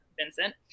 Vincent